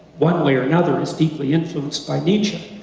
one way or another, is deeply influenced by nietzsche.